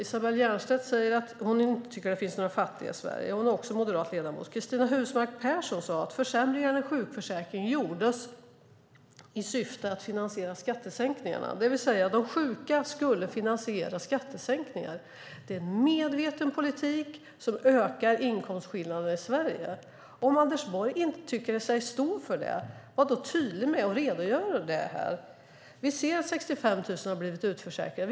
Isabella Jernbeck säger att det inte finns några fattiga i Sverige. Cristina Husmark Pehrsson sade att försämringarna i sjukförsäkringen gjordes i syfte att finansiera skattesänkningar, det vill säga att de sjuka skulle finansiera skattesänkningar. Det är en medveten politik som ökar inkomstskillnaderna i Sverige. Om Anders Borg inte tycker sig vilja stå för det, var då tydlig med att redogöra för det här. Vi ser att 65 000 har blivit utförsäkrade.